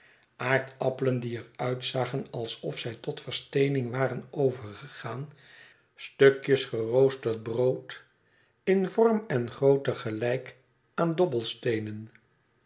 aardappelen die er uitzagen alsof zy tot versteening waren overgegaan en stukjes geroosterd brood in vorm en grootte gelijk aan dobbelsteenen